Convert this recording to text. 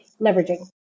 leveraging